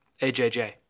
AJJ